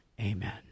Amen